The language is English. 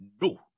no